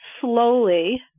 slowly